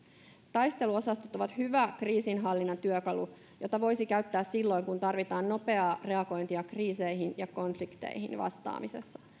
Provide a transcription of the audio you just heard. taisteluosastot ovat hyvä kriisinhallinnan työkalu jota voisi käyttää silloin kun tarvitaan nopeaa reagointia kriiseihin ja konflikteihin vastaamisessa